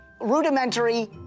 rudimentary